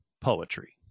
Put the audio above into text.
poetry